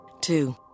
Two